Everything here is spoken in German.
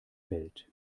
welt